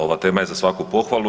Ova tema je za svaku pohvalu.